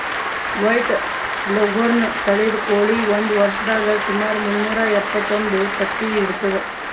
white leghorn ತಳಿದ್ ಕೋಳಿ ಒಂದ್ ವರ್ಷದಾಗ್ ಸುಮಾರ್ ಮುನ್ನೂರಾ ಎಪ್ಪತ್ತೊಂದು ತತ್ತಿ ಇಡ್ತದ್